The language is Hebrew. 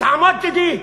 תעמוד לצדי.